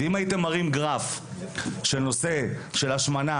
אם הייתם מראים גרף של נושא השמנה